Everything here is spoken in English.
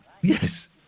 Yes